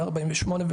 148,